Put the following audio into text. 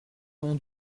mon